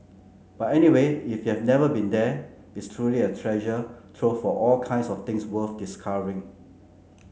but anyway if you've never been there it's truly a treasure trove of all kinds of things worth discovering